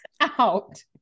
out